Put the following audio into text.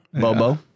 Bobo